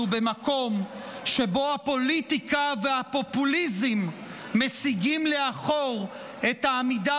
במקום שבו הפוליטיקה והפופוליזם מסיגים לאחור את העמידה